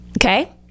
Okay